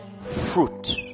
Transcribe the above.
fruit